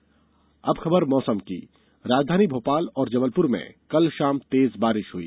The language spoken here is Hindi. मौसम बारिश अब खबर मौसम की राजधानी भोपाल और जबलपुर में कल शाम तेज बारिश हुई